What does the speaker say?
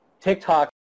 TikTok